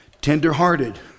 Tenderhearted